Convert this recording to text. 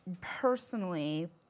Personally